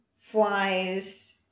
flies